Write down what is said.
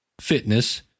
fitness